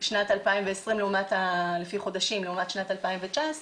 זה נתונים של שנת 2020 לפי חודשים לעומת שנת 2019,